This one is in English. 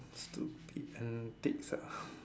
stupid antics ah